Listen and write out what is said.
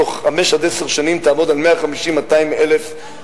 בתוך חמש עד עשר שנים היא תעמוד על 150,000 200,000 אפריקנים.